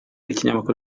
ikinyamakuru